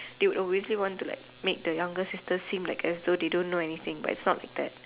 the will obviously want to like make the younger sister seem as though as they don't know anything like that